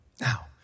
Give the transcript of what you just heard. Now